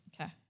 Okay